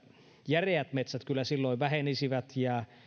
järeät metsät kyllä silloin vähenisivät ja